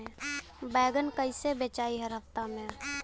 बैगन कईसे बेचाई हर हफ्ता में?